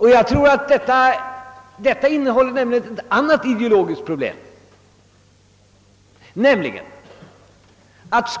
Här uppkommer också ett annat ideologiskt problem, nämligen att